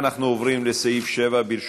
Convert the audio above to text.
אנחנו עוברים לסעיף 7, ברשותכם.